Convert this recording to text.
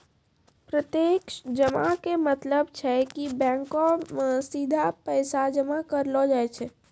प्रत्यक्ष जमा के मतलब छै कि बैंको मे सीधा पैसा जमा करलो जाय छै